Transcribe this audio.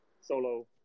Solo